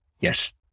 yes